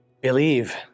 believe